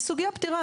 שהיא סוגיה פתירה,